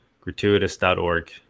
gratuitous.org